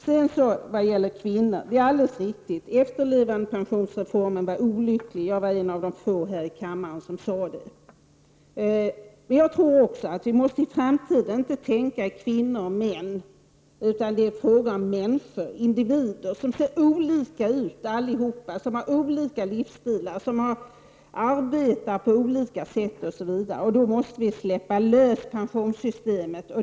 Vad gäller kvinnor vill jag säga att det är alldeles riktigt att efterlevandepensionsreformen var olycklig. Jag var en av de få här i kammaren som sade detta. Men jag tror också att vi i framtiden inte får tänka i uppdelningen kvinnor och män, utan det är fråga om människor, individer som allihop ser olika ut och har olika livsstilar, som arbetar på olika sätt osv. Därför måste vi släppa lös pensionssystemet.